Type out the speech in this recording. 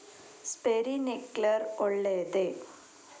Sprinkler ಒಳ್ಳೇದೇ?